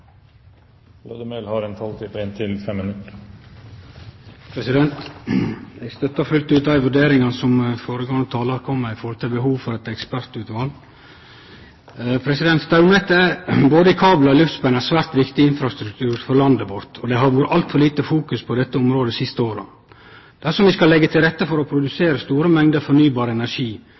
som galdt behovet for eit ekspertutval. Straumnettet, både i kablar og i luftspenn, er svært viktig infrastruktur for landet vårt, og det har vore altfor lite fokusering på dette området dei siste åra. Dersom vi skal leggje til rette for å produsere store mengder fornybar energi